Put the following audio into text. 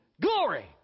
Glory